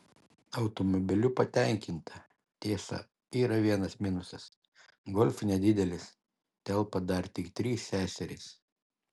automobiliu patenkinta tiesa yra vienas minusas golf nedidelis telpa dar tik trys seserys